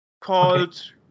called